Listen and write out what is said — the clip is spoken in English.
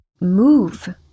move